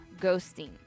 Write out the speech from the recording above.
ghosting